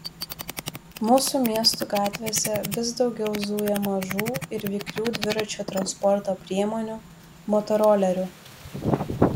mūsų miestų gatvėse vis daugiau zuja mažų ir vikrių dviračių transporto priemonių motorolerių